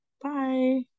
Bye